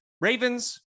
Ravens